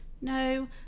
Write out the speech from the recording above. no